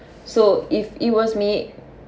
so if it was me